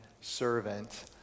servant